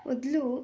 ಮೊದಲು